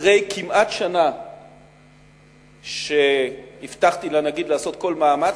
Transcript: אחרי כמעט שנה שהבטחתי לנגיד לעשות כל מאמץ,